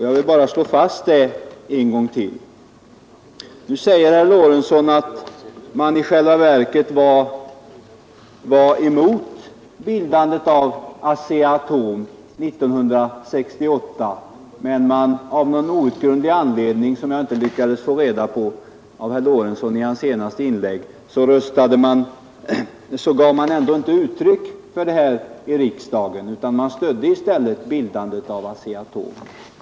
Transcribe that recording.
Jag vill bara slå fast det en gång till. Nu säger herr Lorentzon att man i själva verket var emot bildandet av ASEA-Atom 1968. Av någon outgrundlig anledning, som jag inte lyckades få reda på i herr Lorentzons senaste inlägg, gav man emellertid inte uttryck för detta här i riksdagen, utan man stödde i stället bildandet av ASEA-Atom.